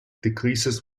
decreases